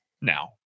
Now